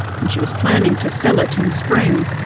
and she was planning to sell it in spring.